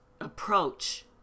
approach